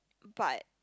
but